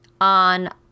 on